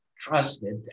trusted